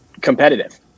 competitive